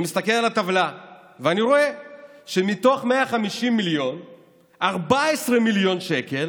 אני מסתכל על הטבלה ואני רואה שמתוך 150 מיליון 14 מיליון שקל